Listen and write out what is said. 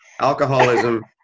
Alcoholism